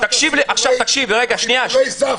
סיפורי סבתא.